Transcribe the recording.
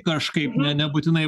kažkaip na nebūtinai